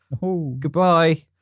Goodbye